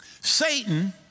Satan